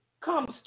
comes